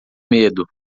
medo